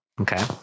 Okay